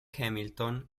hamilton